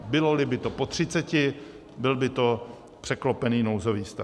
Byloli by to po 30, byl by to překlopený nouzový stav.